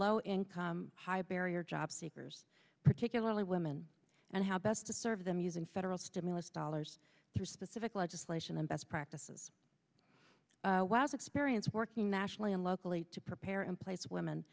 low income high barrier job seekers particularly women and how best to serve them using federal stimulus dollars through specific legislation and best practices was experience working nationally and locally to prepare and place women